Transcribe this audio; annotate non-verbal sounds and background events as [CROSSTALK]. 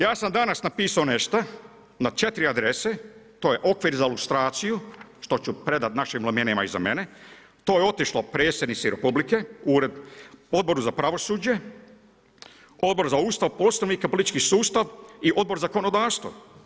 Ja sam danas napisao nešta, na 4 adrese, to je okvir za ilustraciju, što ću predati našim … [UNINTELLIGIBLE] iza mene, to je otišlo predsjednici Republike, Odboru za pravosuđe, Odbor za Ustav, Poslovnik i politički sustav i Odbor za zakonodavstvo.